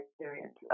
experience